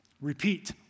Repeat